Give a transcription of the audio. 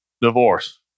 divorce